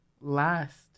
last